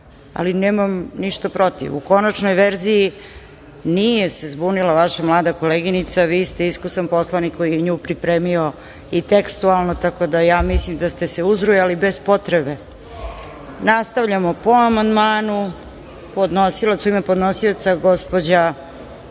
ali nemam ništa protiv, u konačnoj verziji, nije se zbunila vaša mlada koleginica, vi ste iskusan poslanik koju je i nju pripremio i tekstualno, tako da ja mislim da ste se uzrujali bez potrebe. Nastavljamo po amandmanu.U ime podnosioca, gospođa